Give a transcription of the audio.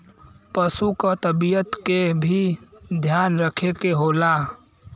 पसु क तबियत के भी ध्यान रखे के होला